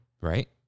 Right